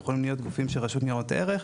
והם יכולים להיות גופים של רשות לניירות ערך.